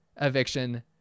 eviction